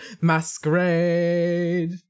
Masquerade